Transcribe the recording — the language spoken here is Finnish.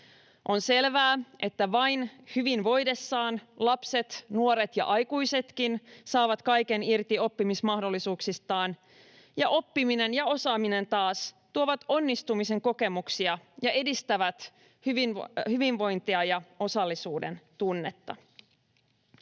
On selvää, että vain hyvin voidessaan lapset, nuoret ja aikuisetkin saavat kaiken irti oppimismahdollisuuksistaan ja oppiminen ja osaaminen taas tuovat onnistumisen kokemuksia ja edistävät hyvinvointia ja osallisuudentunnetta.